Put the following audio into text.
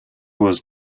was